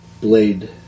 blade